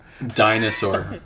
Dinosaur